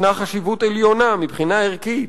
ישנה חשיבות עליונה מבחינה ערכית,